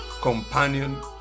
companion